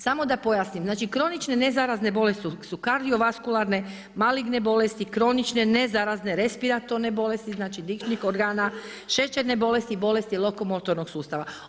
Samo da pojasnim, znači kronične nezarazne bolesti su kardiovaskularne, maligne bolesti, kronične nezarazne respiratorne bolesti, znači dišnih organa, šećerne bolesti, bolesti lokomotornog sustava.